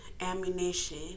ammunition